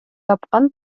тапкан